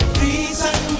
reason